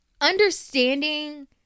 understanding